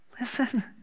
Listen